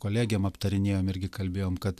kolegėm aptarinėjom irgi kalbėjom kad